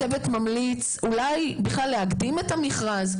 הצוות ממליץ להקדים את המכרז".